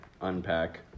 unpack